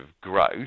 growth